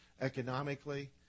economically